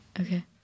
Okay